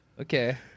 Okay